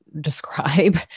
describe